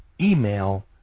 Email